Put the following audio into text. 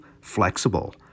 flexible